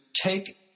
take